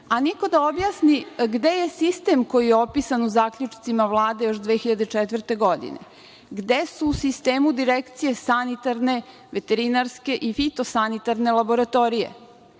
a niko da objasni gde je sistem koji je opisan u zaključcima Vlade još 2004. godine. Gde su u sistemu Direkcije sanitarne, veterinarske i fitosanitarne laboratorije?